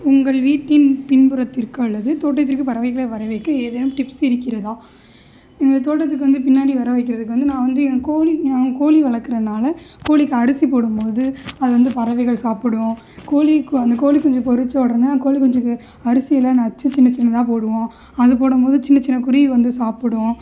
உங்கள் வீட்டின் பின்புறத்திற்கு அல்லது தோட்டத்திற்கு பறவைகளை வர வைக்க ஏதேனும் டிப்ஸ் இருக்கிறதா எங்கள் தோட்டத்துக்கு வந்து பின்னாடி வர வைக்கிறதுக்கு வந்து நான் வந்து என் கோழி கோழி வளர்க்குறேன் நான் கோழிக்கு அரிசி போடும் போது அது வந்து பறவைகள் சாப்பிடும் கோழி அந்த கோழி குஞ்சு பொரித்த உடனே கோழி குஞ்சுக்கு அரிசியெல்லாம் நச்சு சின்ன சின்னதாக போடுவோம் அது போடும் போது சின்ன சின்ன குருவி வந்து சாப்பிடும்